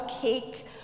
cake